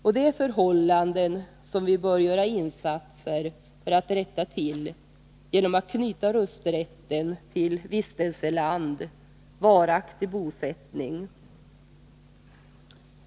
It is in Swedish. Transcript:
Det är förhållanden som vi bör göra insatser för att rätta till genom att knyta rösträtten till vistelseland vid varaktig bosättning.